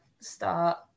start